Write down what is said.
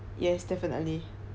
yes definitely